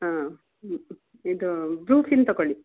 ಹಾಂ ಹ್ಞೂ ಇದು ಬ್ರೂಫೀನ್ ತಗೋಳ್ಳಿ